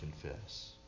confess